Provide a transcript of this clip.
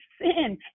sin